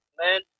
men